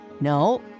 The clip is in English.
No